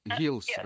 heels